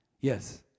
Yes